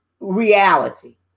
reality